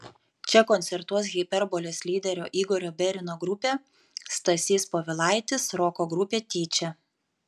čia koncertuos hiperbolės lyderio igorio berino grupė stasys povilaitis roko grupė tyčia